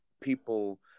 people